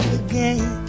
again